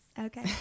okay